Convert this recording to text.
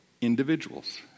individuals